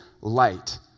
light